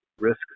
risk